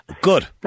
Good